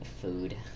food